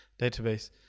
database